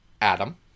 Adam